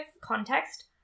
context